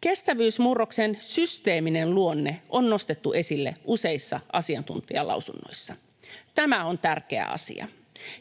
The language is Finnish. Kestävyysmurroksen systeeminen luonne on nostettu esille useissa asiantuntijalausunnoissa. Tämä on tärkeä asia.